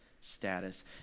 status